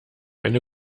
eine